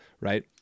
right